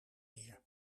meer